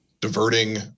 diverting